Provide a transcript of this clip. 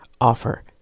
offer